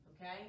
Okay